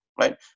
right